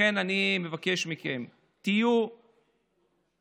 לכן, אני מבקש מכם, תהיו קונסטרוקטיביים,